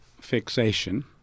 fixation